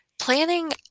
Planning